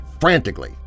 frantically